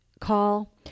call